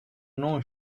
know